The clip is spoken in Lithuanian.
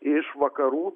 iš vakarų